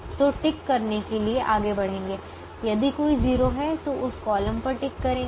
तो टिक करने के लिए आगे बढ़ेंगे यदि कोई 0 है तो उस कॉलम पर टिक करेंगे